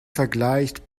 vergleicht